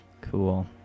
Cool